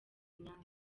nyanza